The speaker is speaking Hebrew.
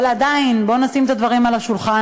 אבל עדיין, בואו נשים את הדברים על השולחן,